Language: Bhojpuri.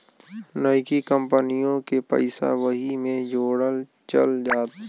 नइकी कंपनिओ के पइसा वही मे जोड़ल चल जात